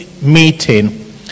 meeting